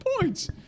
points